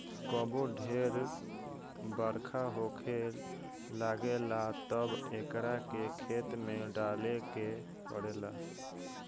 कबो ढेर बरखा होखे लागेला तब एकरा के खेत में डाले के पड़ेला